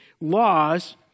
laws